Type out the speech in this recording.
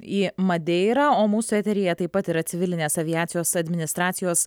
į madeirą o mūsų eteryje taip pat yra civilinės aviacijos administracijos